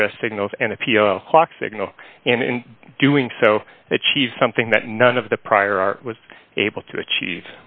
address signals and a few clock signal and in doing so achieve something that none of the prior art was able to achieve